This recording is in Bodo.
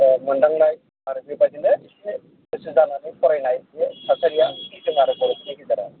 मोनदांनाय आरो बेबायदिनो इसे गोसो जानानै फरायनाय बे थासारिया दं आरो बर'फोरनि गेजेराव